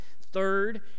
Third